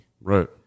Right